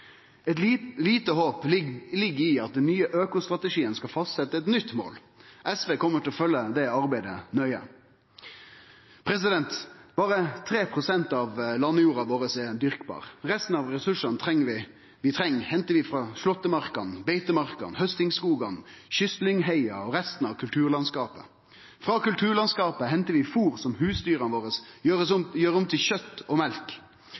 Eit lite håp ligg i at den nye økostrategien skal fastsetje eit nytt mål. SV kjem til å følgje det arbeidet nøye. Berre 3 pst. av landjorda vår er dyrkbar, resten av ressursane vi treng, hentar vi frå slåttemarkene, beitemarkene, haustingsskogane, kystlyngheia og resten av kulturlandskapet. Frå kulturlandskapet hentar vi fôr som husdyra våre gjer om til kjøt og mjølk.